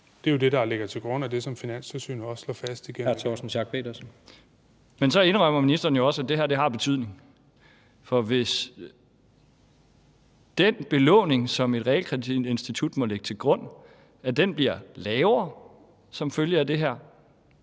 Schack Pedersen. Kl. 17:29 Torsten Schack Pedersen (V): Men så indrømmer ministeren jo også, at det her har betydning, for hvis den belåning, som et realkreditinstitut må lægge til grund, bliver lavere som følge af det her,